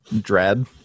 dread